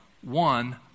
one